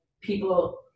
people